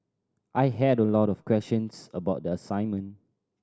I had a lot of questions about the assignment